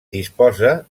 disposa